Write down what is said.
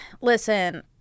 Listen